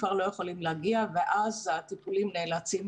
כבר לא יכולים להגיע ואז הטיפולים נאלצים